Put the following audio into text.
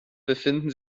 befinden